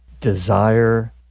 desire